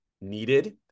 needed